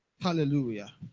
hallelujah